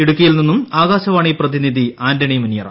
ഇടുക്കിയിൽ നിന്നും ആകാശവാണി പ്രതിനിധി ആന്റണി മുനിയറ